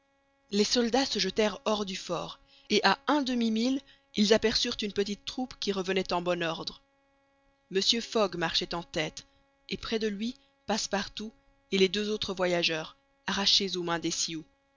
les soldats se jetèrent hors du fort et à un demi-mille ils aperçurent une petite troupe qui revenait en bon ordre mr fogg marchait en tête et près de lui passepartout et les deux autres voyageurs arrachés aux mains des